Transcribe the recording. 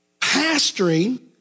Pastoring